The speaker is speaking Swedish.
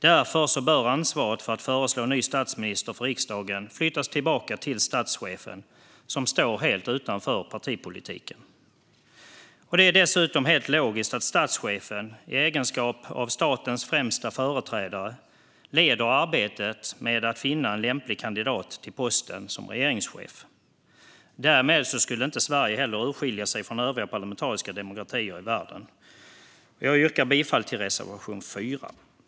Därför bör ansvaret för att föreslå ny statsminister för riksdagen flytta tillbaka till statschefen, som står helt utanför partipolitiken. Det är dessutom helt logiskt att statschefen i egenskap av statens främsta företrädare leder arbetet med att finna en lämplig kandidat till posten som regeringschef. Därmed skulle Sverige inte heller urskilja sig från övriga parlamentariska demokratier i världen. Jag yrkar bifall till reservation 4.